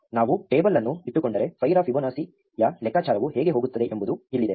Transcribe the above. ನಾವು ಟೇಬಲ್ ಅನ್ನು ಇಟ್ಟುಕೊಂಡರೆ 5 ರ ಫಿಬೊನಾಸಿಯ ಲೆಕ್ಕಾಚಾರವು ಹೇಗೆ ಹೋಗುತ್ತದೆ ಎಂಬುದು ಇಲ್ಲಿದೆ